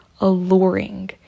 alluring